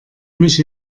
mich